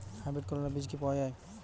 Hybrid করলার বীজ কি পাওয়া যায়?